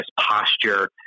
posture